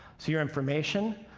so your information,